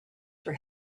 for